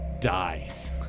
dies